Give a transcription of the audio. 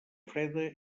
freda